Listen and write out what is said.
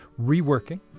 Reworking